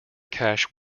cash